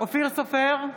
אופיר סופר,